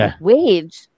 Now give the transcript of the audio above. wage